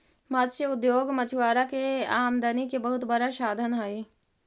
मत्स्य उद्योग मछुआरा के आमदनी के बहुत बड़ा साधन हइ